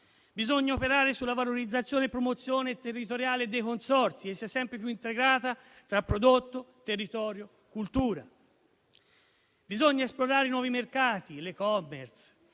bisogna operare sulla valorizzazione e promozione territoriale dei consorzi, perché ci sia sempre maggiore integrazione tra prodotto, territorio e cultura; bisogna esplorare i nuovi mercati e l'*e-commerce*,